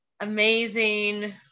amazing